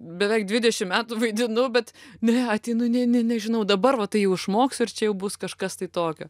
beveik dvidešim metų vaidinau bet ne ateinu ne ne nežinau dabar va tai jau išmoksiu ir čia jau bus kažkas tai tokio